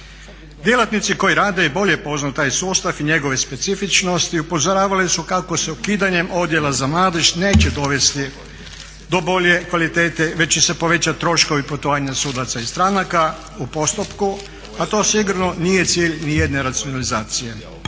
Djelatnici koji rade i bolje poznaju taj sustav i njegove specifičnosti upozoravali su kako se ukidanjem Odjela za mladež neće dovesti do bolje kvalitete već će se povećati troškovi putovanja sudaca i stranaka u postupku, a to sigurno nije cilj nijedne racionalizacije.